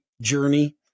journey